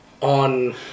On